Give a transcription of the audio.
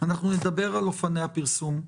נדבר על אופני הפרסום.